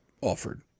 offered